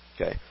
okay